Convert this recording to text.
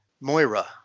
Moira